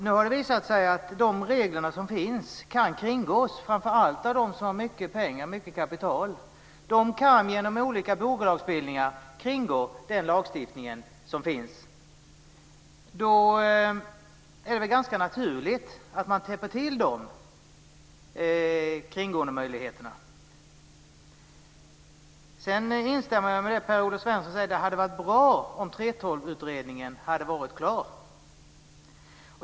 Nu har det visat sig att de regler som finns kan kringgås framför allt av dem som har mycket pengar och mycket kapital. De kan genom olika bolagsbildningar kringgå den lagstiftning som finns. Då är det ganska naturligt att man täpper till de möjligheterna till kringgående. Jag instämmer i det som Per-Olof Svensson sade, att det hade varit bra om 3:12 utredningen hade varit klar.